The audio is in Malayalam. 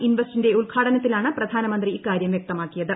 ഇൻവെസ്റ്റിന്റെ ഉദ്ഘാടനത്തിലാണ് പ്രധാനമന്ത്രി ഇക്കാര്യം വൃക്തമാക്കിയത്